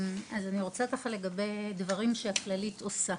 אני רוצה לדבר על כמה דברים שכללית עושה: